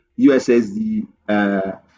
USSD